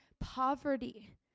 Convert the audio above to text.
poverty